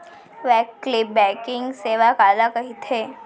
वैकल्पिक बैंकिंग सेवा काला कहिथे?